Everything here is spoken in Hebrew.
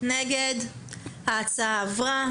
ההצעה עברה.